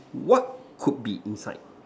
what could be inside